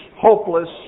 hopeless